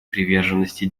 приверженности